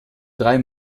drei